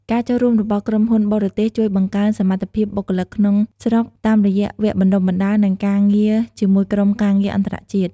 ការចូលរួមរបស់ក្រុមហ៊ុនបរទេសជួយបង្កើនសមត្ថភាពបុគ្គលិកក្នុងស្រុក តាមរយៈវគ្គបណ្តុះបណ្តាល និងការងារជាមួយក្រុមការងារអន្តរជាតិ។